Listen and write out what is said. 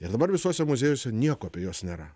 ir dabar visuose muziejuose nieko apie juos nėra